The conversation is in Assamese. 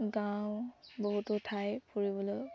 গাঁও বহুতো ঠাই ফুৰিবলৈ